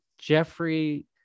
Jeffrey